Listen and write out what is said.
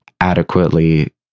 adequately